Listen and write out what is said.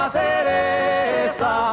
teresa